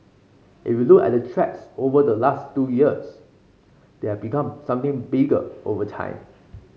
if you look at the threats over the last two years they have become something bigger over time